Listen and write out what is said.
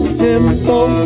simple